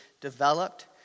developed